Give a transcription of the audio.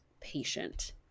patient